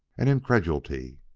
and incredulity.